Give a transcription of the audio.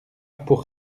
pour